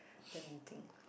let me think